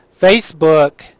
Facebook